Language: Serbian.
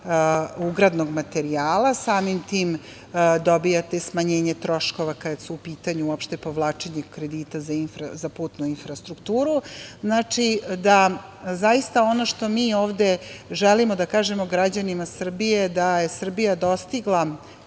ugradnog materijala, samim tim dobiti smanjenje troškova kada je u pitanju uopšte povlačenje kredita za putnu infrastrukturu. Znači, da zaista ono što mi ovde želimo da kažemo građanima Srbije, da je Srbija dostigla